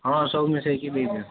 ହଁ ସବୁ ମିଶାଇକି ଦେଇ ଦିଅ